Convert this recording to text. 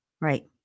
Right